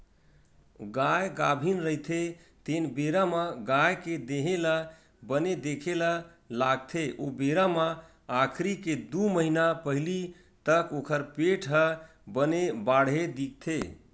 गाय गाभिन रहिथे तेन बेरा म गाय के देहे ल बने देखे ल लागथे ओ बेरा म आखिरी के दू महिना पहिली तक ओखर पेट ह बने बाड़हे दिखथे